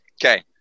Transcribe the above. Okay